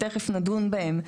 שתכף נדון בהן.